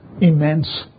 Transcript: immense